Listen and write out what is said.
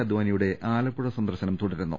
അദ്വാനിയുടെ ആലപ്പുഴ സന്ദർശനം തുടരുന്നു